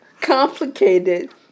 complicated